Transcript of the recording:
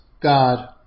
God